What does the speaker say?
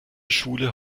schule